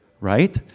right